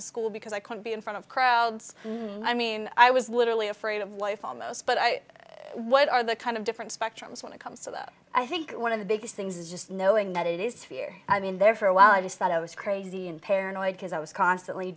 to school because i could be in front of crowds i mean i was literally afraid of life almost but i what are the kind of different spectrums when it comes to the i think one of the biggest things is just knowing that it is fear i mean there for a while i just thought i was crazy and paranoid because i was constantly